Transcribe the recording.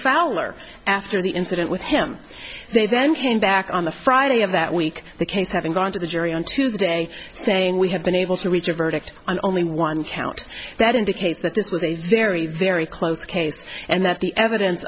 fowler after the incident with him they then came back on the friday of that week the case having gone to the jury on tuesday saying we have been able to reach a verdict on only one count that indicates that this was a very very close case and that the evidence